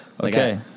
Okay